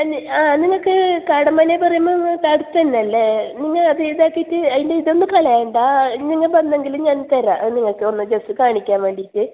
ആ നിങ്ങൾക്ക് കടമന പറയുമ്പോൾ നിങ്ങൾക്ക് അടുത്ത് തന്നെ അല്ലേ നിങ്ങൾ അത് ഇതാക്കിയിട്ട് അതിൻ്റെ ഇതൊന്നും കളയണ്ട ഇന്ന് നിങ്ങൾ വന്നെങ്കിലും ഞാൻ തരാം അത് നിങ്ങൾക്ക് ഒന്ന് ജസ്റ്റ് കാണിക്കാൻ വേണ്ടിയിട്ട്